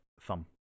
thumb